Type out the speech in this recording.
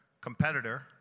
competitor